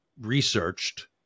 researched